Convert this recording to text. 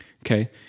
okay